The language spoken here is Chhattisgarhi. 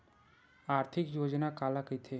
आर्थिक योजना काला कइथे?